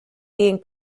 being